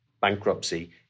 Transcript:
bankruptcy